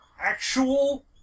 actual